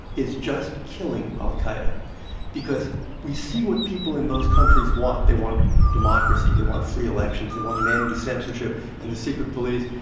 is just killing al-qaeda because we see what people in those countries want, they want democracy, they want free elections, they wantan and end to censorship and the secret police,